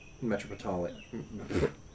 metropolitan